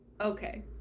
Okay